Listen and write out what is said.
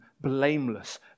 blameless